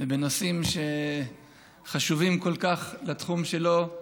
בנושאים שחשובים כל כך לתחום שלו,